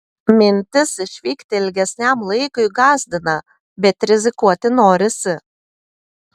mintis išvykti ilgesniam laikui gąsdina bet rizikuoti norisi